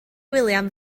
william